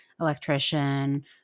electrician